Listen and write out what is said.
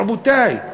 רבותי,